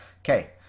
Okay